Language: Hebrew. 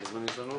הישיבה ננעלה